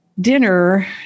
dinner